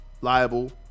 Liable